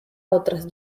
otras